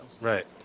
right